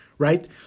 Right